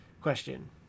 Question